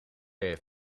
heeft